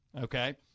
Okay